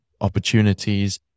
opportunities